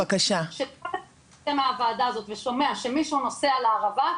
שכל מי שנמצא בוועדה הזאת ושומע שמישהו נוסע לערבה,